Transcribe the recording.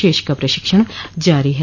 शेष का प्रशिक्षण जारी है